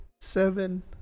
Seven